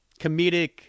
comedic